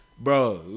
bro